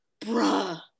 Bruh